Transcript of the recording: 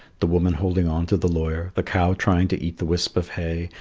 the woman holding on to the lawyer, the cow trying to eat the wisp of hay,